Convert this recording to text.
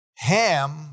Ham